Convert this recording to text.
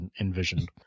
envisioned